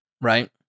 Right